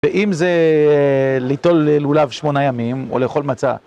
ואם זה ליטול לולב שמונה ימים, או לאכול מצה.